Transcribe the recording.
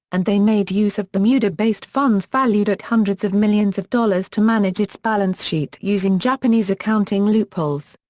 and they made use of bermuda-based funds valued at hundreds of millions of dollars to manage its balance sheet using japanese accounting loopholes.